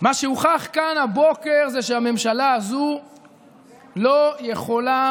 מה שהוכח כאן הבוקר זה שהממשלה הזו לא יכולה